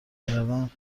کردن